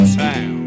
town